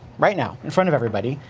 right now, in front of everybody,